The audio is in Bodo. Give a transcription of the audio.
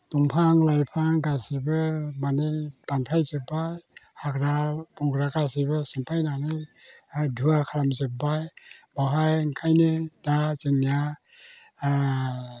दंफां लाइफां गासैबो माने दानफाय जोब्बाय हाग्रा बंग्रा गासैबो दानफायनानै आदुवा खालामजोब्बाय बेवहाय ओंखायनो दा जोंनिया